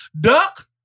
Duck